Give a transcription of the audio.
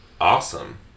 Awesome